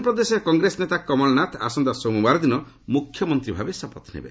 ମଧ୍ୟପ୍ରଦେଶରେ କଂଗ୍ରେସ ନେତା କମଳନାଥ ଆସନ୍ତା ସୋମବାର ଦିନ ମ୍ରଖ୍ୟମନ୍ତ୍ରୀ ଭାବେ ଶପଥ ନେବେ